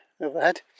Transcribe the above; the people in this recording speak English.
overhead